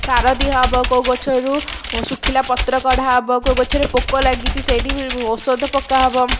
ସାର ଦିଆ ହେବ କେଉଁ ଗଛରୁ ଶୁଖିଲା ପତ୍ର କଢ଼ା ହେବ କେଉଁ ଗଛରେ ପୋକ ଲାଗିଛି ସେଇଠି ଔଷଧ ପକା ହେବ